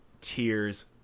tears